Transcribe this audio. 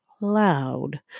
loud